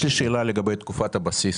שאלה לגבי תקופת הבסיס.